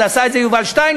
אבל עשה את זה יובל שטייניץ,